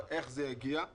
אבל